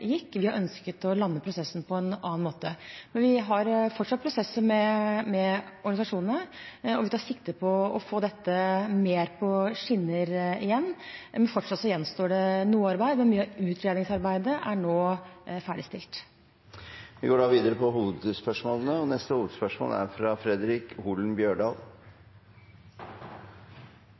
gikk. Vi har ønsket å lande prosessen på en annen måte. Men vi har fortsatt prosesser med organisasjonene, og vi tar sikte på å få dette mer på skinner igjen. Fortsatt gjenstår det noe arbeid, men mye av utredningsarbeidet er nå ferdigstilt. Vi går videre til neste hovedspørsmål.